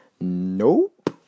Nope